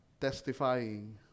testifying